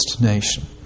nation